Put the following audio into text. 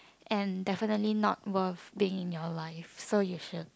and definitely not worth being in your life so you should